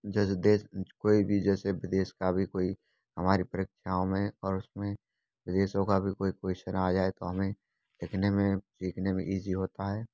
जैसे देश कोई भी जैसे विदेश का भी कोई हमारी परीक्षाओं में और उसमें विदेशों का भी कोई क्वेश्चन आ जाए तो हमें लिखने में सीखने में ईजी होता है